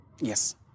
Yes